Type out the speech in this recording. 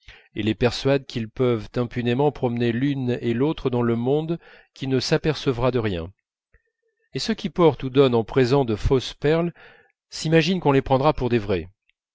et les persuade qu'ils peuvent impunément promener l'une et l'autre dans le monde qui ne s'apercevra de rien et ceux qui portent ou donnent en présent de fausses perles s'imaginent qu'on les prendra pour des vraies